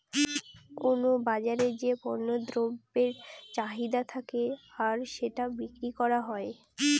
কোনো বাজারে যে পণ্য দ্রব্যের চাহিদা থাকে আর সেটা বিক্রি করা হয়